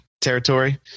territory